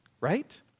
right